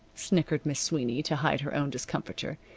snickered miss sweeney, to hide her own discomfiture,